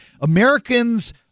Americans